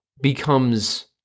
becomes